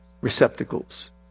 receptacles